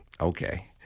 okay